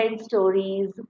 stories